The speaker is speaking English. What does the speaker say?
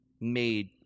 made